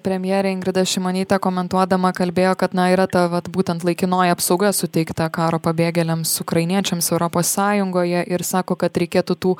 premjerė ingrida šimonytė komentuodama kalbėjo kad na yra ta vat būtent laikinoji apsauga suteikta karo pabėgėliams ukrainiečiams europos sąjungoje ir sako kad reikėtų tų